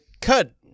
cut